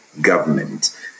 government